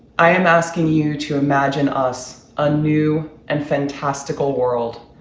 i am asking you to imagine us a new and fantastical world.